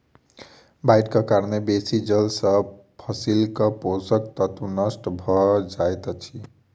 बाइढ़क कारणेँ बेसी जल सॅ फसीलक पोषक तत्व नष्ट भअ जाइत अछि